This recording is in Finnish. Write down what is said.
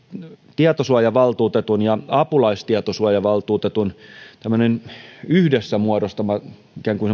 tietosuojavaltuutetun ja apulaistietosuojavaltuutetun yhdessä muodostama ikään kuin